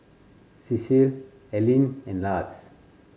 Cecile Alene and Lars